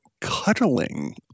cuddling